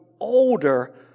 Older